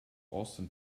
austin